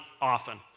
often